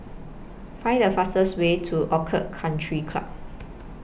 Find The fastest Way to Orchid Country Club